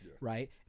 right